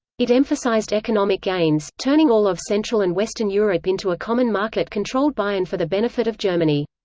it emphasized economic gains, turning all of central and western europe into a common market controlled by and for the benefit of germany.